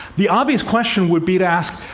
the obvious question would be to ask,